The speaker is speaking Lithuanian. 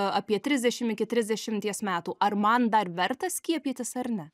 apie trisdešimt iki trisdešimties metų ar man dar verta skiepytis ar ne